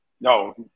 no